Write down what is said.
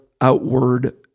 outward